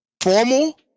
formal